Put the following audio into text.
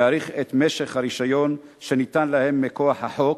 להאריך את משך הרשיון שניתן להם מכוח החוק,